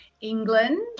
England